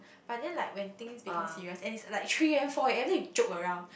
but then like when things become serious and it's like three A_M four A_M then you joke around